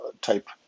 type